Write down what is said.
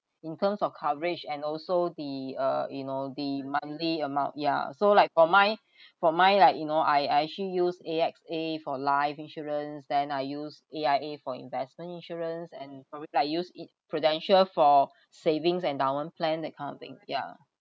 in terms of coverage and also the uh you know the monthly amount ya so like for my for my like you know I I actually use A_X_A for life insurance then I use A_I_A for investment insurance and probably I use it Prudential for savings endowment plan that kind of thing ya